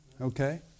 Okay